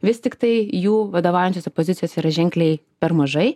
vis tiktai jų vadovaujančiose pozicijose yra ženkliai per mažai